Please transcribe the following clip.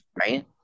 right